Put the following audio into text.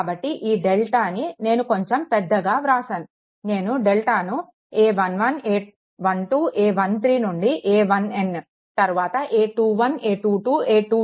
కాబట్టి ఈ డెల్టాని నేను కొంచెం పెద్దగా వ్రాసాను నేను డెల్టాను a11 a12 a13 నుండి a1n తరువాత a21 a22 a23